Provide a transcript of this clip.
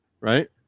Right